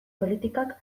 politikak